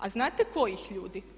A znate kojih ljudi?